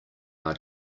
are